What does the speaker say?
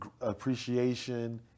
appreciation